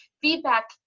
feedback